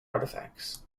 artifacts